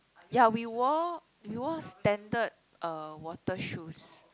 ya we wore we wore standard uh water shoes